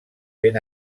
ben